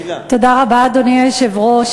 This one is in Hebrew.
אדוני היושב-ראש,